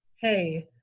hey